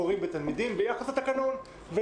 הורים ותלמידים ביחס לתקנון.